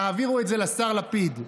תעבירו את זה לשר לפיד.